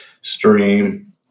stream